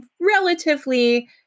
relatively